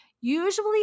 Usually